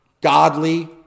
godly